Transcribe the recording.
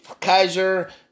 Kaiser